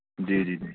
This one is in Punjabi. ਜੀ ਜੀ ਜੀ